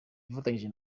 yafatanyije